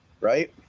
right